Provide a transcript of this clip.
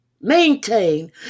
Maintain